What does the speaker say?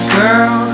girl